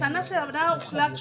בשנה שעברה הוחלט לדחות.